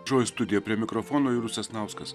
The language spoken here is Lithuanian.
mažoji studija prie mikrofono julius sasnauskas